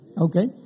okay